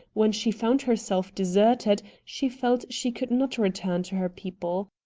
when she found herself deserted she felt she could not return to her people.